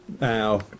now